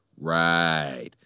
right